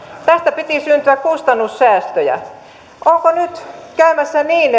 tästä piti syntyä kustannussäästöjä onko nyt käymässä niin että alattekin valmistella tällaista